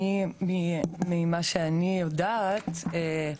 ממה שאני יודעת,